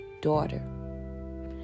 daughter